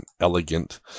elegant